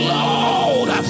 Lord